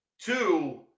Two